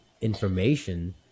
information